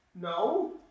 No